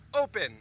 open